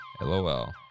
LOL